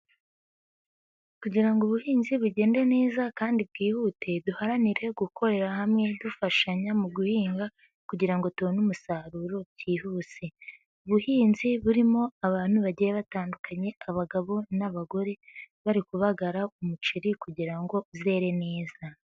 Kugirango ngo ubuhinzi bugende neza kandi bwihute duharanire gukorera hamwe dufashanya mu guhinga kugirango tubone umusaruro byihuse, ubuhinzi burimo abantu bagiye batandukanye abagabo n'abagore bari kubagara umuceri kugira ngo uzere neza.